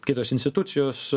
kitos institucijos